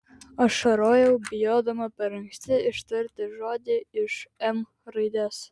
ašarojau bijodama per anksti ištarti žodį iš m raidės